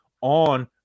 on